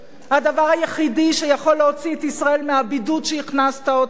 הדבר היחידי שיכול להוציא את ישראל מהבידוד שהכנסת אותה אליו,